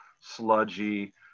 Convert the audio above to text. sludgy